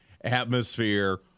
atmosphere